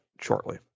shortly